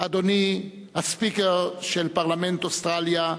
אדוני ה-Speaker של הפרלמנט של אוסטרליה,